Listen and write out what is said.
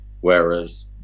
Whereas